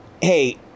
Hey